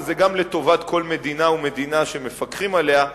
אבל זה גם לטובת כל מדינה ומדינה שמפקחים עליה,